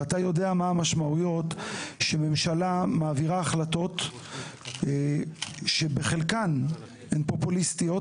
ואתה יודע מה המשמעויות שממשלה מעבירה החלטות שבחלקן הן פופוליסטיות,